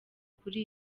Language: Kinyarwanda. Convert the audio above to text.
kuri